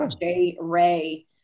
J-Ray